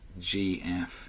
GF